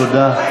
תודה.